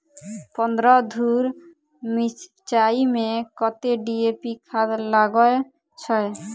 पन्द्रह धूर मिर्चाई मे कत्ते डी.ए.पी खाद लगय छै?